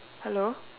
hello